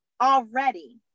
already